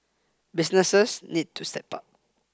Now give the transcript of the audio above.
businesses need to step up